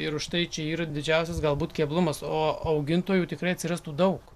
ir užtai čia yra didžiausias galbūt keblumas o augintojų tikrai atsirastų daug